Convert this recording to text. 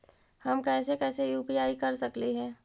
हम कैसे कैसे यु.पी.आई कर सकली हे?